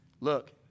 Look